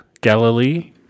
Galilee